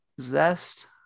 zest